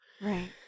right